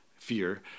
fear